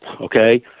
okay